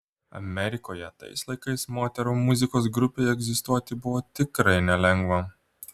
amerikoje tais laikais moterų muzikos grupei egzistuoti buvo tikrai nelengva